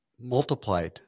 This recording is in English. multiplied